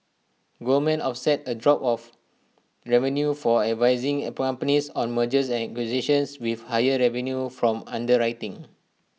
Goldman offset A drop of revenues for advising up companies on mergers and acquisitions with higher revenues from underwriting